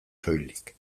soilik